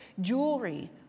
jewelry